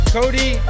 Cody